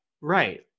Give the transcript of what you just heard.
right